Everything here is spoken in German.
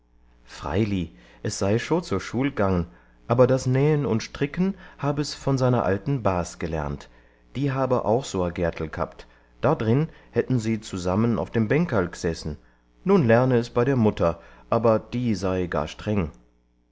freili es sei scho zur schul gang'n aber das nähen und stricken habe es von seiner alten bas gelernt die habe auch so a gärtl g'habt da drin hätten sie zusammen auf dem bänkerl gesessen nun lerne es bei der mutter aber die sei gar streng